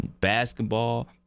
basketball